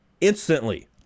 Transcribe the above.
instantly